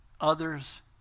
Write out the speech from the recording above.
others